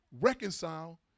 reconcile